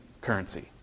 currency